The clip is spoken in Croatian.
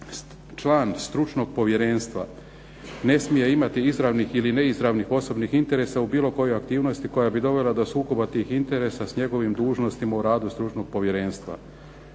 Član stručnog povjerenstva ne smije imati izravnih ili neizravnih osobnih interesa u bilo kojoj aktivnosti koja bi dovela do sukoba tih interesa s njegovim dužnostima u radu stručnog povjerenstva.